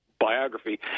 biography